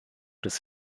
des